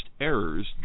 errors